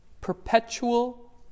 perpetual